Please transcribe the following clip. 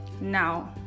now